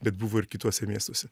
bet buvo ir kituose miestuose